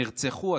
נרצחו,